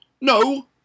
No